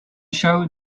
show